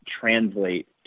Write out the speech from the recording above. translate